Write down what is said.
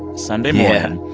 sunday morning,